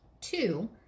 Two